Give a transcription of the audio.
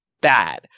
bad